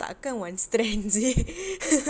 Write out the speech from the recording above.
tak kan one strand seh